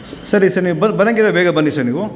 ಸ ಸರಿ ಸರ್ ಬರಂಗೆ ಇದ್ದರೆ ಬೇಗ ಬನ್ನಿ ಸರ್ ನೀವು